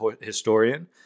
historian